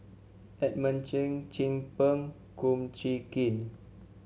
Edmund Cheng Chin Peng Kum Chee Kin